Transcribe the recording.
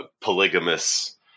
polygamous